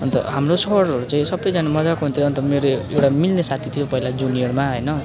अन्त हाम्रो सरहरू चाहिँ सप्पैजना मज्जाको हुन्थ्यो अन्त मेरो एउटा मिल्ने साथी थियो पहिला जुनियरमा होइन